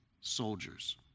soldiers